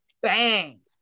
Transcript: bang